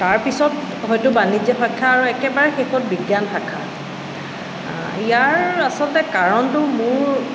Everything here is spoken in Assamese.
তাৰপিছত হয়তো বাণিজ্য শাখা আৰু একেবাৰে শেষত বিজ্ঞান শাখা ইয়াৰ আচলতে কাৰণটো মোৰ